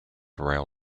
rail